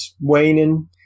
waning